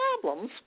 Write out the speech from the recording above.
problems